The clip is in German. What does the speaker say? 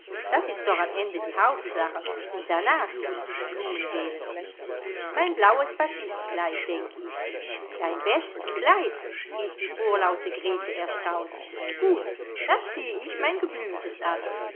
das ist doch am ende die hauptsache und darnach mußt du die blumen wählen mein blaues batistkleid denke ich dein bestes kleid rief die vorlaute grete erstaunt gut dann ziehe ich mein geblümtes an